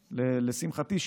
לשמחתי,